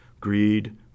greed